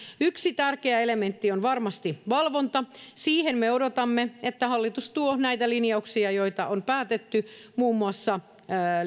yksi tärkeä elementti on varmasti valvonta me odotamme että hallitus tuo siihen näitä linjauksia joita on päätetty muun muassa